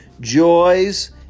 joys